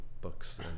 books